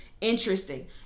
interesting